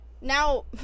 now